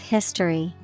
History